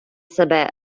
себе